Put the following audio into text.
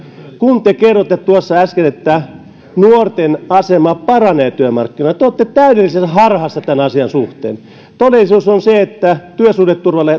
kun te kerroitte äsken että nuorten asema paranee työmarkkinoilla te olette täydellisessä harhassa tämän asian suhteen todellisuus on se että työsuhdeturva